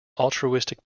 altruistic